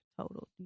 total